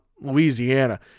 Louisiana